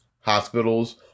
hospitals